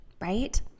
right